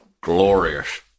glorious